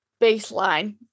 baseline